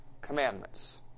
commandments